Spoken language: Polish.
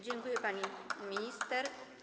Dziękuję, pani minister.